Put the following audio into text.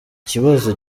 kibazo